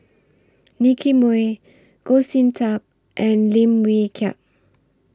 Nicky Moey Goh Sin Tub and Lim Wee Kiak